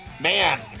man